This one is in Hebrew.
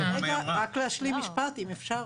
רגע, רק להשלים משפט אם אפשר.